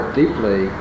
deeply